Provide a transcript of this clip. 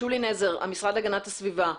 שולי נזר, המשרד להגנת הסביבה.